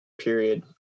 period